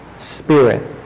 spirit